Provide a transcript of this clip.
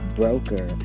broker